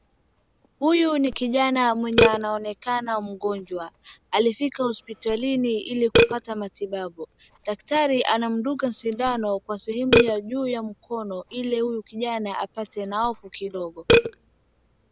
Huyu ni kijana mwenye anaonekana mgonjwa. Alifika hospitalini hili kupata matibabu. Daktari anamdunga sindano kwa sehemu yake ya juu ya mkono hili huyu kijana apate nawafu kidogo.